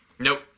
Nope